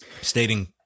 stating